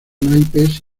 naipes